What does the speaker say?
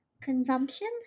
consumption